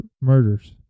murders